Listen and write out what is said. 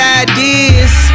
ideas